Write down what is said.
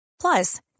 Plus